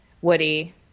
Woody